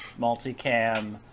multicam